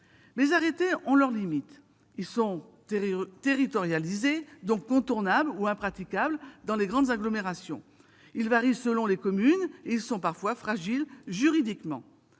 Les arrêtés ont leurs limites. Ils sont territorialisés, donc contournables, ou impraticables dans les grandes agglomérations. Ils varient selon les communes et ils sont parfois fragiles juridiquement.